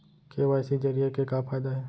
KYC जरिए के का फायदा हे?